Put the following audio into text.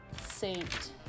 Saint